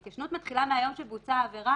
ההתיישנות מתחילה מהיום שבוצעה העבירה